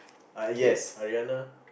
uh yes Ariana